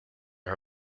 her